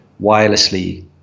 wirelessly